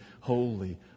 holy